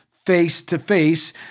face-to-face